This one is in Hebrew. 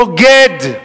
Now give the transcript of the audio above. בוגד,